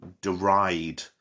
deride